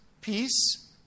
peace